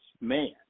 man